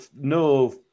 no